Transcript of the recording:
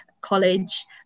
college